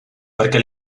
perquè